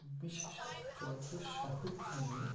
বিশেষ এক যন্ত্রের সাহয্য নিয়ে